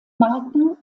marken